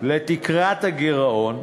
לתקרת הגירעון,